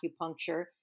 acupuncture